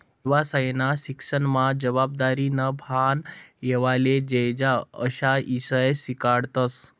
येवसायना शिक्सनमा जबाबदारीनं भान येवाले जोयजे अशा ईषय शिकाडतस